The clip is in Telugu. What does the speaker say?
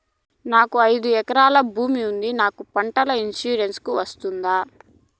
నాకు ఐదు ఎకరాల భూమి ఉంది నాకు పంటల ఇన్సూరెన్సుకు వస్తుందా?